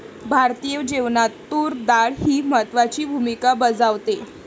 भारतीय जेवणात तूर डाळ ही महत्त्वाची भूमिका बजावते